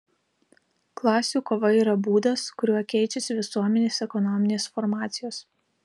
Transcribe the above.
klasių kova yra būdas kuriuo keičiasi visuomenės ekonominės formacijos